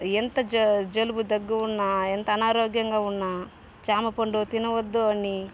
ఎంత జలు జలుబు దగ్గు ఉన్నా ఎంత అనారోగ్యంగా ఉన్నా జామ పండు తినవద్దు అని